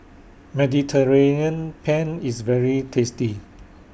Mediterranean Penne IS very tasty